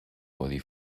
codi